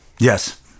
Yes